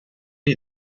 dei